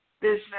business